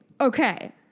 Okay